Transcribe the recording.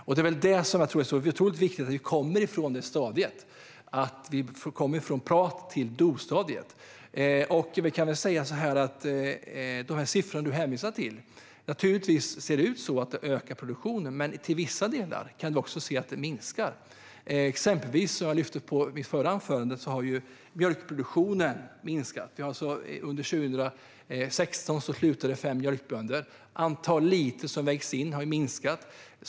Jag tror att det är oerhört viktigt att vi går från pratstadiet till do-stadiet. Apropå de siffror som du hänvisar till är det naturligtvis så att produktionen ökar, men i vissa delar kan vi också se att den minskar. Som jag nämnde i mitt förra anförande har till exempel mjölkproduktionen minskat. Under 2016 slutade fem mjölkbönder. Antalet liter som vägs in har minskat.